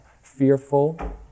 fearful